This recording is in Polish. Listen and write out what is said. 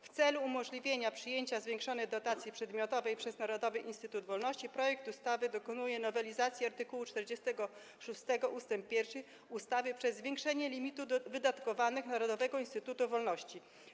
W celu umożliwienia przyjęcia zwiększonej dotacji przedmiotowej przez Narodowy Instytut Wolności projekt ustawy dokonuje nowelizacji art. 46. ust. 1 ustawy przez zwiększenie limitów wydatkowych Narodowego Instytutu Wolności.